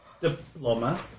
diploma